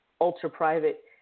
ultra-private